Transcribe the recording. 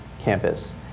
campus